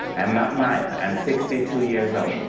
and not maya. i'm sixty two years old.